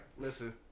listen